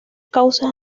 causas